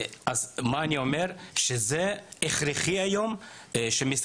מה שאני אומר זה שהיום הכרחי שמשרדי